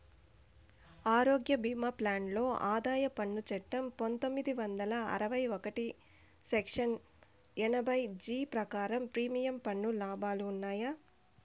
ఆరోగ్య భీమా ప్లాన్ లో ఆదాయ పన్ను చట్టం పందొమ్మిది వందల అరవై ఒకటి సెక్షన్ ఎనభై జీ ప్రకారం ప్రీమియం పన్ను లాభాలు ఉన్నాయా?